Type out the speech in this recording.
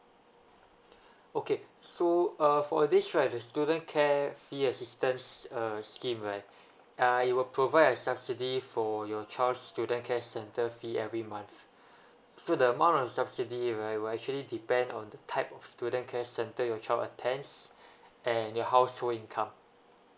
okay so uh for this right the student care fee assistance uh scheme right uh it will provide a subsidy for your child's student care center fee every month so the amount of subsidy right will actually depend on the type of student care centre your child attends and your household income